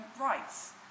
rights